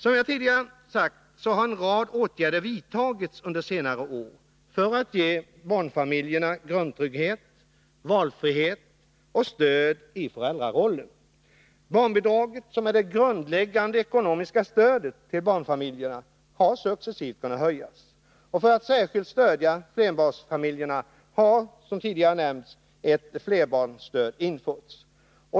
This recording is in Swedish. Som jag tidigare sagt har en rad åtgärder vidtagits under senare år för att ge barnfamiljerna grundtrygghet, valfrihet och stöd i föräldrarollen. Barnbidraget — som är det grundläggande ekonomiska stödet till barnfamiljerna — har successivt kunnat höjas. För att särskilt stödja flerbarnsfamiljerna har, som tidigare nämnts, ett flerbarnsstöd införts.